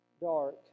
dark